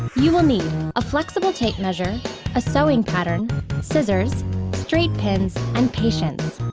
you will need a flexible tape measure a sewing pattern scissors straight pins and patience.